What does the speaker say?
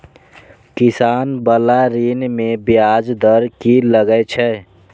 किसान बाला ऋण में ब्याज दर कि लागै छै?